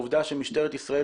את העציר,